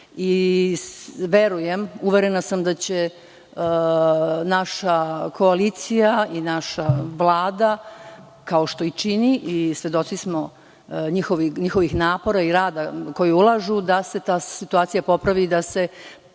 u zemlji i uverena sam da će naša koalicija i naša Vlada, kao što i čini, svedoci smo njihovih napora koje ulažu da se ta situacija popravi i da se